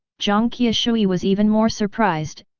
jiang qiushui was even more surprised,